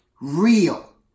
real